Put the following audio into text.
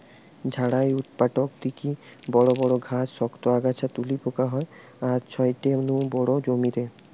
ঝাড়াই উৎপাটক দিকি বড় বড় ঘাস, শক্ত আগাছা তুলি পোকা হয় তার ছাইতে নু বড় জমিরে